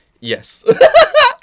yes